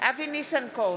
אבי ניסנקורן,